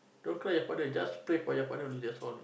don't cry your father just pray for your father only that's all